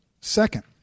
second